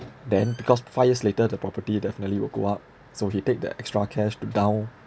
then because five years later the property definitely will go up so he take the extra cash to down